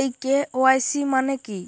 এই কে.ওয়াই.সি মানে কী?